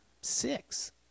six